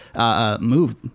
move